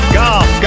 golf